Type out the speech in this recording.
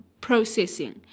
processing